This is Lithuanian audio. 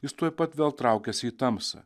jis tuoj pat vėl traukiasi į tamsą